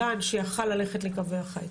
שיכול ללכת לקווי חיץ.